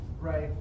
right